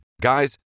Guys